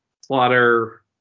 Slaughter